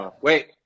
Wait